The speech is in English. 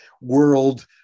world